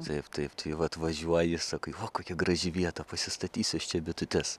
taip taip tai va atvažiuoji sakai o kokia graži vieta pasistatysiu aš čia bitutes